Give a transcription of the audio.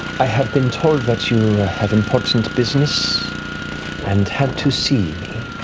i have been told that you have important business and had to see me.